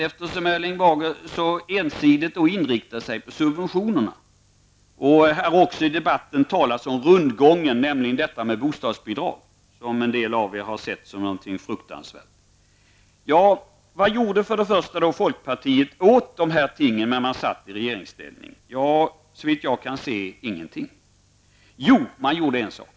Eftersom Erling Bager så ensidigt inriktar sig på subventionerna och i debatten också talar om rundgången, nämligen detta med bostadsbidragen, som en del av er anser vara något fruktansvärt, kan det vara intressant att veta vad folkpartiet gjorde åt dessa ting när de satt i regeringsställning. Så vitt jag kan se gjorde de ingenting. Jo, de gjorde en sak.